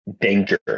danger